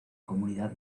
comunidad